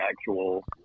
actual